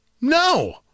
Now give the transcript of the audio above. No